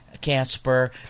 Casper